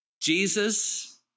Jesus